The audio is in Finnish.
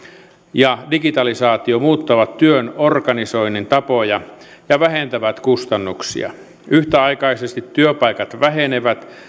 ja digitalisaatio muuttavat työn organisoinnin tapoja ja vähentävät kustannuksia yhtäaikaisesti työpaikat vähenevät